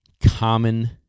common